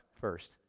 first